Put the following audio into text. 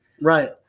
Right